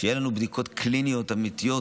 כשיהיו לנו בדיקות קליניות אמיתיות